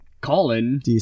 Colin